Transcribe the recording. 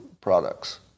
products